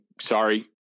sorry